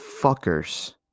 fuckers